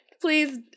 Please